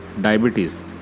diabetes